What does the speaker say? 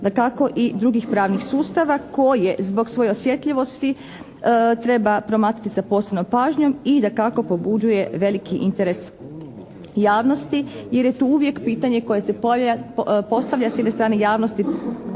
dakako i drugih pravnih sustava koje zbog svoje osjetljivosti treba promatrati sa posebnom pažnjom i dakako pobuđuje veliki interes javnosti jer je tu uvijek pitanje koje se postavlja s jedne strane javnosti